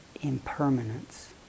impermanence